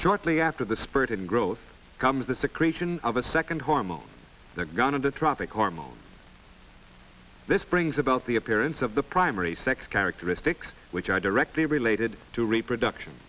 shortly after the spurt and growth comes the secretion of a second hormone gone into traffic hormone this brings about the appearance of the primary sex characteristics which are directly related to reproduction